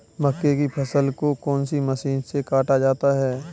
मक्के की फसल को कौन सी मशीन से काटा जाता है?